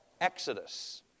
exodus